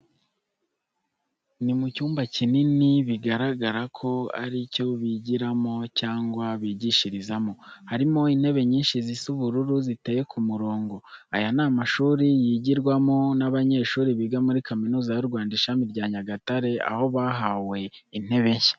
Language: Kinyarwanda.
Ni mu cyumba kinini bigaragara ko ari icyo bigiramo cyangwa bigishirizamo. Harimo intebe nyinshi zisa ubururu ziteye ku murongo. Aya ni amashuri yigirwamo n'abanyeshuri biga muri Kaminuza y'u Rwanda Ishami rya Nyagatare, aho bahawe intebe nshya.